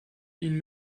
ihn